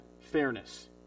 fairness